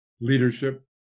leadership